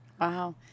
wow